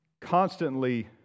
constantly